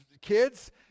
kids